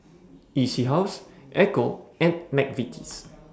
E C House Ecco and Mcvitie's